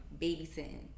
babysitting